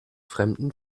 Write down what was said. fremden